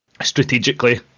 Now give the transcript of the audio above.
strategically